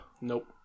Nope